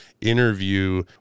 interview